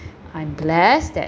I'm blessed that